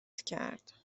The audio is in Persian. کرد